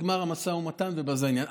נגמר המשא ומתן והעניין.